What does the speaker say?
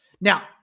Now